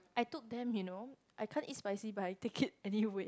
I took them you know I can't eat spicy but I take it anyway